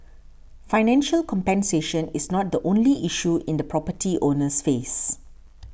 financial compensation is not the only issue the property owners face